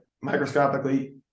microscopically